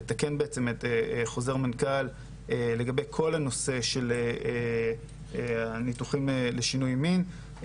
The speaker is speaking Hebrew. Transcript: לתקן בעצם את חוזר המנכ"ל לגבי כל הנושא של הניתוחים לשינוי מין.